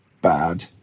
bad